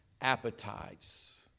appetites